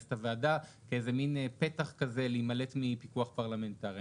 את הוועדה כאיזה מין פתח כזה להימלט מפיקוח פרלמנטרי.